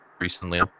recently